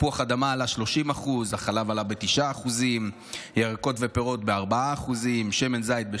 תפוח אדמה עלה ב-30%; החלב עלה ב-9%; ירקות ופירות ב-4%; שמן זית,